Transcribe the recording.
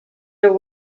are